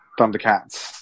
Thundercats